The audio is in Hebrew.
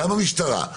גם המשטרה,